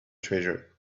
treasure